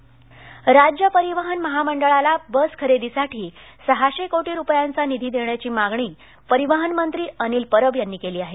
निधी राज्य परिवहन महामंडळाला बस खरेदीसाठी सहाशे कोटी रुपयांचा निधी देण्याची मागणी परिवहन मंत्री अनिल परब यांनी केली आहे